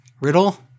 Riddle